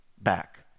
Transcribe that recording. back